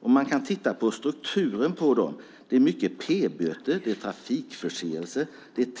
Om man tittar på strukturen på ärendena ser man att det är många p-böter, trafikförseelser,